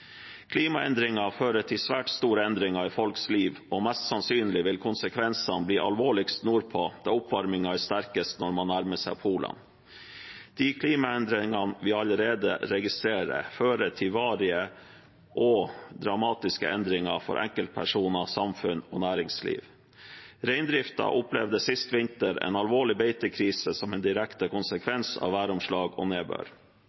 Klimaendringer fører til svært store endringer i folks liv, og mest sannsynlig vil konsekvensene bli alvorligst nordpå da oppvarmingen er sterkest når man nærmer seg polene. De klimaendringene vi allerede registrerer, fører til varige og dramatiske endringer for enkeltpersoner, samfunn og næringsliv. Reindriften opplevde sist vinter en alvorlig beitekrise som en direkte konsekvens av væromslag og nedbør.